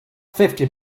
fifty